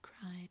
cried